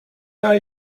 are